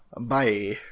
bye